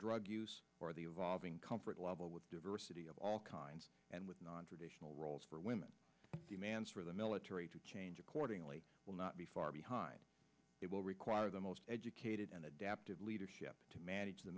drug use or the evolving comfort level with diversity of all kinds and with nontraditional roles for women demands for the military to change accordingly will not be far behind it will require the most educated and adaptive leadership to manage the